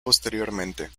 posteriormente